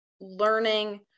learning